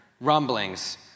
rumblings